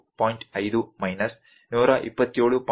5 minus 127